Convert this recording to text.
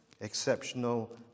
exceptional